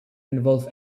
involve